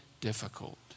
difficult